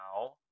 now